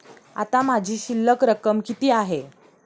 आता माझी शिल्लक रक्कम किती आहे?